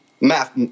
math